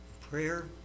prayer